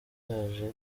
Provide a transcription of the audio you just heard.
yaraje